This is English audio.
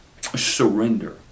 surrender